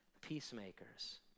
peacemakers